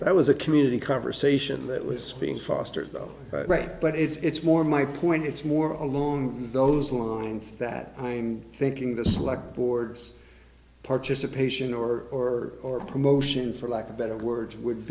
that was a community conversation that was screened fostered though right but it's more my point it's more along those lines that i'm thinking the select boards participation or or promotion for lack of better words would